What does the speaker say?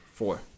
four